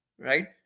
right